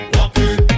Walking